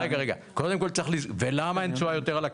קודם כל צריך לזכור: הכסף,